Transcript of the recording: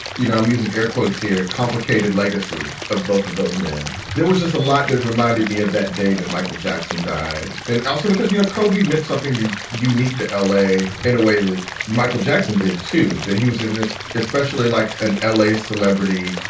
you know, i'm using air quotes here, complicated legacy of both of those men. there was just a lot that reminded me of that day that michael jackson died. and also because, you know, kobe meant something to unique to l a. in a way that michael jackson did, too, that he was in it, especially like an l a. celebrity,